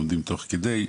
לומדים תוך כדי,